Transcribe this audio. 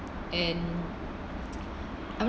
and I'm